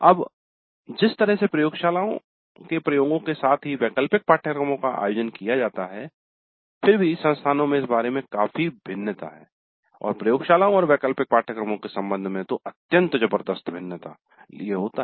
अब जिस तरह से प्रयोगशालाओं के प्रयोगों के साथ ही वैकल्पिक पाठ्यक्रमों का आयोजन किया जाता है फिर भी संस्थानों में इस बारे में काफी भिन्नता है और प्रयोगशालाओं और वैकल्पिक पाठ्यक्रमों के संबंध में तो अत्यंत जबरदस्त भिन्नता लिए होता है